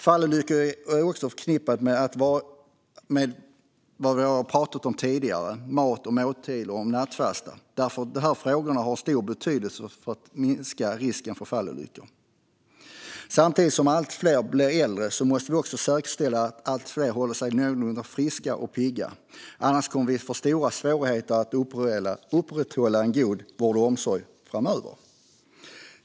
Fallolyckor är också förknippade med det som jag tidigare har pratat om - mat, måltider och nattfasta. Därför har dessa frågor stor betydelse för att minska risken för fallolyckor. Samtidigt som allt fler blir äldre måste vi säkerställa att allt fler håller sig någorlunda friska och pigga, annars kommer vi att få stora svårigheter att upprätthålla en god vård och omsorg framöver. Fru talman!